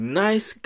nice